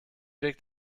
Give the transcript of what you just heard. wirkt